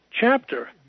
chapter